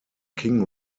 king